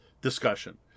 discussion